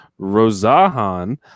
Rosahan